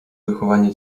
wychowanie